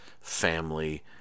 family